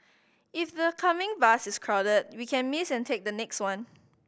if the coming bus is crowded we can miss and take the next one